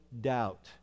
doubt